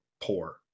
poor